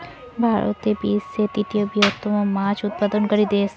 ভারত বিশ্বের তৃতীয় বৃহত্তম মাছ উৎপাদনকারী দেশ